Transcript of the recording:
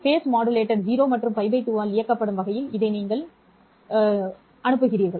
கட்ட மாடுலேட்டர் 0 மற்றும் π 2 இல் இயக்கப்படும் வகையில் இதை நீங்கள் ஊட்டுகிறீர்கள்